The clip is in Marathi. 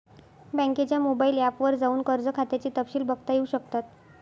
बँकेच्या मोबाइल ऐप वर जाऊन कर्ज खात्याचे तपशिल बघता येऊ शकतात